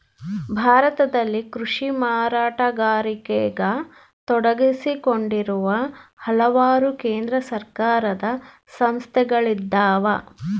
ಭಾರತದಲ್ಲಿ ಕೃಷಿ ಮಾರಾಟಗಾರಿಕೆಗ ತೊಡಗಿಸಿಕೊಂಡಿರುವ ಹಲವಾರು ಕೇಂದ್ರ ಸರ್ಕಾರದ ಸಂಸ್ಥೆಗಳಿದ್ದಾವ